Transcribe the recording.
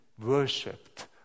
worshipped